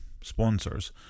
sponsors